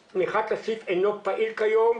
כמי שמכירה היטב את תא השטח הזה אני יודעת שיושבים